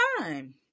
time